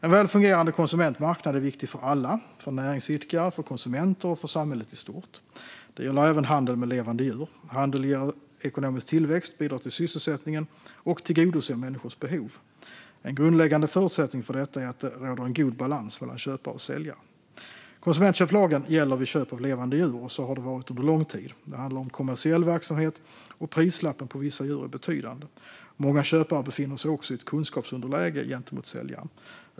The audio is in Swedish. En väl fungerande konsumentmarknad är viktig för alla - för näringsidkare, för konsumenter och för samhället i stort. Det gäller även handel med levande djur. Handeln ger ekonomisk tillväxt, bidrar till sysselsättningen och tillgodoser människors behov. En grundläggande förutsättning för detta är att det råder en god balans mellan köpare och säljare. Konsumentköplagen gäller vid köp av levande djur, och så har det varit under lång tid. Det handlar om kommersiell verksamhet, och prislappen på vissa djur är betydande. Många köpare befinner sig också i ett kunskapsunderläge gentemot säljaren.